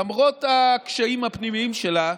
למרות הקשיים הפנימיים שלה,